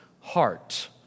heart